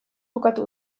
jokatu